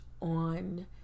on